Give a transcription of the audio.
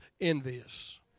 envious